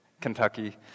Kentucky